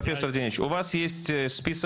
(דבריו מתורגמים סימולטנית מרוסית לעברית ע"י ז'אנה